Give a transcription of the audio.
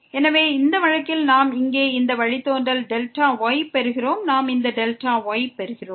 எனவே இந்த வழக்கில் நாம் இங்கே இந்த வழித்தோன்றல் Δyஐ பெறுகிறோம் நாம் இந்த Δyஐ பெறுகிறோம்